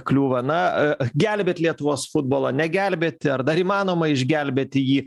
kliūva na gelbėt lietuvos futbolą negelbėti ar dar įmanoma išgelbėti jį